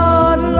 Lord